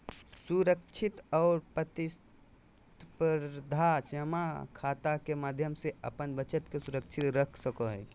सुरक्षित और प्रतिस्परधा जमा खाता के माध्यम से अपन बचत के सुरक्षित रख सको हइ